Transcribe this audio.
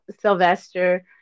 Sylvester